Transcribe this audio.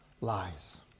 lies